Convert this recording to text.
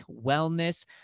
wellness